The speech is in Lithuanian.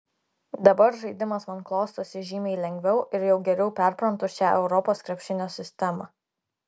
dabar žaidimas man klostosi žymiai lengviau ir jau geriau perprantu šią europos krepšinio sistemą